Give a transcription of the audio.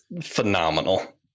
phenomenal